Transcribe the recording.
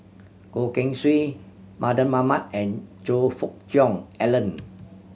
Goh Keng Swee Mardan Mamat and Choe Fook Cheong Alan